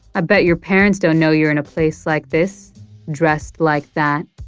i bet your parents don't know you're in a place like this dressed like that